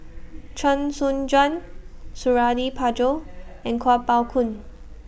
Chee Soon Juan Suradi Parjo and Kuo Pao Kun